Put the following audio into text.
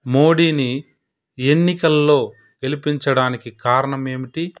మోడీని ఎన్నికల్లో గెలిపించడానికి కారణం ఏమిటి